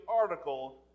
article